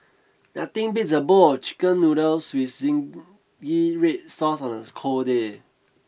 nothing beats a bowl of chicken noodles with zingy red sauce on a cold day